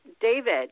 David